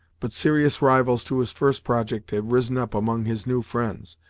but serious rivals to his first project had risen up among his new friends,